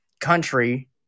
country